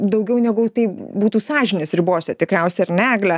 daugiau negu tai būtų sąžinės ribose tikriausiai ar ne egle